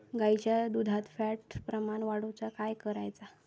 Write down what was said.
गाईच्या दुधात फॅटचा प्रमाण वाढवुक काय करायचा?